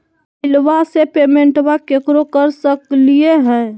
मोबाइलबा से पेमेंटबा केकरो कर सकलिए है?